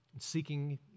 seeking